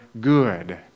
good